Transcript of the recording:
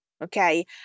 Okay